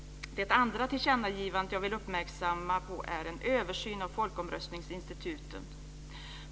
Det andra tillkännagivandet jag vill uppmärksamma är en översyn av folkomröstningsinstitutet.